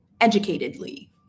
educatedly